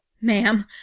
Ma'am